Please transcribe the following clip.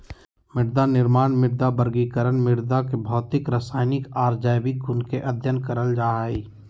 मृदानिर्माण, मृदा वर्गीकरण, मृदा के भौतिक, रसायनिक आर जैविक गुण के अध्ययन करल जा हई